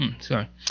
Sorry